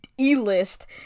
E-list